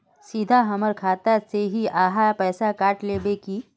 सीधा हमर खाता से ही आहाँ पैसा काट लेबे की?